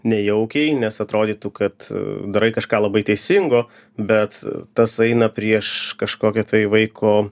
nejaukiai nes atrodytų kad darai kažką labai teisingo bet tas eina prieš kažkokią tai vaiko